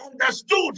understood